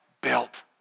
built